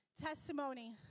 testimony